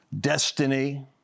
destiny